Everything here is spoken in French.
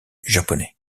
japonais